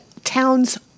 town's